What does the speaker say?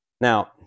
Now